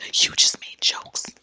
you just made jokes.